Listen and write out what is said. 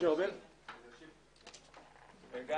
הישיבה